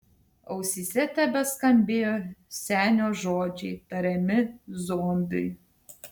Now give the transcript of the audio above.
ausyse tebeskambėjo senio žodžiai tariami zombiui